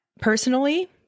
Personally